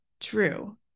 true